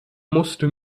musste